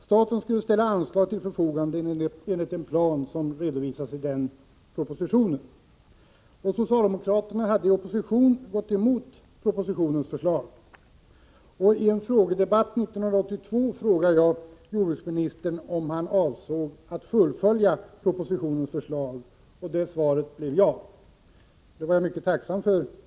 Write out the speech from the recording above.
Staten skulle, enligt en plan som redovisades i den proposition enligt vilken riksdagen fattade beslut, ställa anslag till förfogande. Socialdemokraterna hade i opposition gått emot propositionen. Men när jag i en frågedebatt 1982 frågade jordbruksministern om han avsåg att fullfölja propositionen blev svaret ja — och det var jag mycket tacksam för.